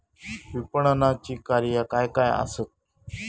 विपणनाची कार्या काय काय आसत?